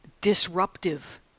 disruptive